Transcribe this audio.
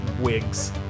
Wigs